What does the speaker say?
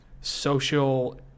social